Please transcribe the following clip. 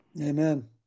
Amen